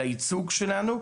של הייצוג שלנו,